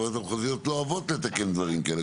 הוועדות המחוזיות לא אוהבות לתקן דברים כאלה.